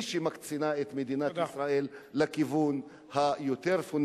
היא שמקצינה את מדינת ישראל לכיוון היותר-פונדמנטליסטי.